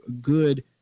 good